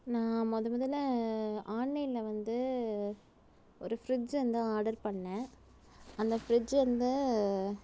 நான் மொதமொதலில ஆன்லைனில் வந்து ஒரு ஃபிரிட்ஜ் வந்து ஆர்டர் பண்ணேன் அந்த ஃபிரிட்ஜ் வந்து